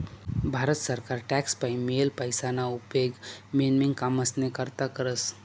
भारत सरकार टॅक्स पाईन मियेल पैसाना उपेग मेन मेन कामेस्ना करता करस